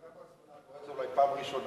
אתה בעצמך קורא את זה אולי פעם ראשונה,